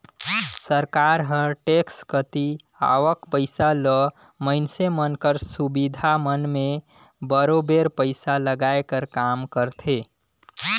सरकार हर टेक्स कती आवक पइसा ल मइनसे मन कर सुबिधा मन में बरोबेर पइसा लगाए कर काम करथे